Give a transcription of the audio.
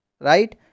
right